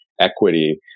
equity